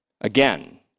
again